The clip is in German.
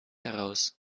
heraus